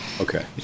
Okay